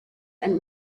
and